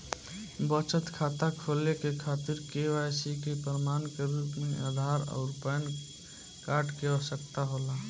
बचत खाता खोले के खातिर केवाइसी के प्रमाण के रूप में आधार आउर पैन कार्ड के आवश्यकता होला